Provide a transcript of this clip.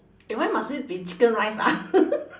eh why must it be chicken rice ah